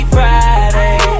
Friday